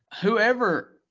Whoever